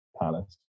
Palace